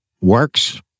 works